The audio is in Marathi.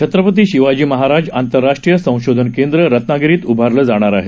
छत्रपती शिवाजी महाराज आंतरराष्ट्रीय संशोधन केंद्र रत्नागिरीत उभारलं जाणार आहे